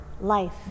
life